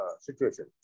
situation